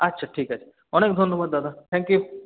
আচ্ছা ঠিক আছে অনেক ধন্যবাদ দাদা থ্যাংক ইউ